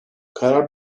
karar